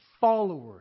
followers